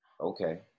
okay